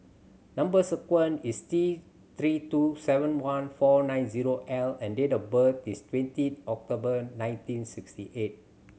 number sequence is T Three two seven one four nine zero L and date of birth is twenty October ninety sixty eight